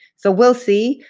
so we'll see,